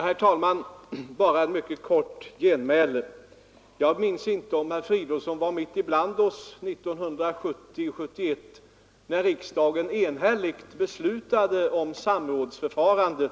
Herr talman! Bara ett mycket kort genmäle. Jag minns inte om herr Fridolfsson fanns mitt ibland oss 1970, när riksdagen enhälligt beslöt om det samrådsförfarande